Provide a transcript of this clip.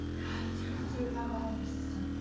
is hard to do with alcohol in your system.